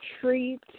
treat